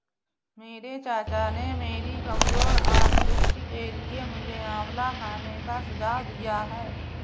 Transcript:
मेरे चाचा ने मेरी कमजोर आंख दृष्टि के लिए मुझे आंवला खाने का सुझाव दिया है